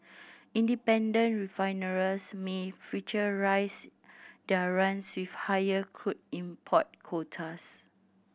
independent refiners may future rise their runs with higher crude import quotas